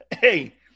hey